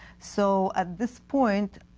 so at this point,